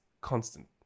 constant